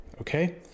Okay